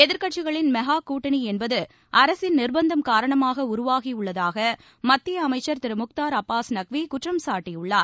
எதிர்க்கட்சிகளின் மெகா கூட்டணி என்பது அரசின் நிர்பந்தம் காரணமாக உருவாகி உள்ளதாக மத்திய அமைச்சர் திரு முக்தார் அப்பாஸ் நக்வி குற்றம் சாட்டியுள்ளார்